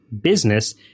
business